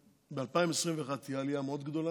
ב-2021 תהיה עלייה מאוד גדולה,